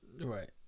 Right